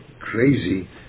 crazy